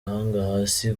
hasi